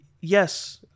Yes